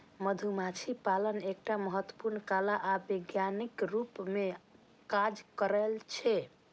मधुमाछी पालन एकटा महत्वपूर्ण कला आ विज्ञानक रूप मे काज करै छै